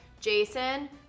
Jason